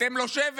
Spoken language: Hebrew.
אתם לא שבט.